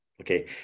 okay